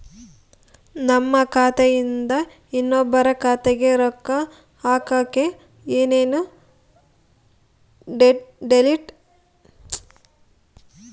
ನಮ್ಮ ಖಾತೆಯಿಂದ ಇನ್ನೊಬ್ಬರ ಖಾತೆಗೆ ರೊಕ್ಕ ಹಾಕಕ್ಕೆ ಏನೇನು ಡೇಟೇಲ್ಸ್ ಬೇಕರಿ?